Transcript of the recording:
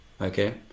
okay